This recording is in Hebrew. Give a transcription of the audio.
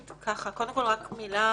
קודם כל, רק מילה